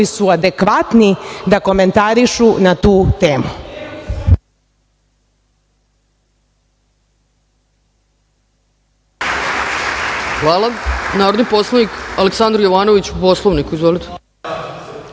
su adekvatni da komentarišu na tu temu.